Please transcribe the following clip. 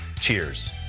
Cheers